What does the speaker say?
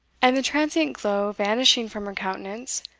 and the transient glow vanishing from her countenance,